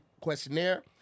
questionnaire